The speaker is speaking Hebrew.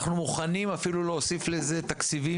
אנחנו אפילו מוכנים להוסיף לזה תקציבים,